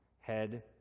head